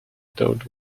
dodd